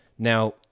Now